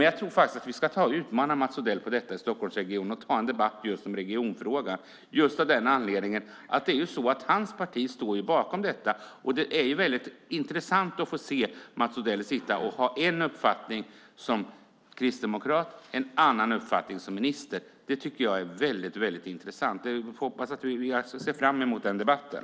Jag tror faktiskt att vi ska utmana Mats Odell på detta i Stockholmsregionen och ta en debatt om regionfrågan av den anledningen att hans parti står bakom detta. Det vore väldigt intressant att få se Mats Odell ha en uppfattning som kristdemokrat och en annan uppfattning som minister. Det tycker jag vore väldigt intressant. Jag ser fram emot den debatten.